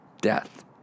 death